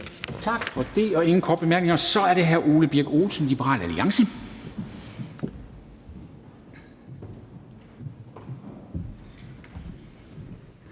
Tak for det. Der er ingen korte bemærkninger. Så er det hr. Ole Birk Olesen, Liberal Alliance.